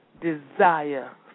desire